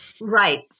Right